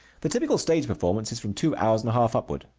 the typical stage performance is from two hours and a half upward.